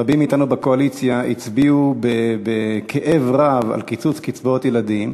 רבים מאתנו בקואליציה הצביעו בכאב רב על קיצוץ קצבאות ילדים.